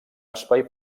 espai